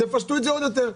תפשטו את זה עוד יותר.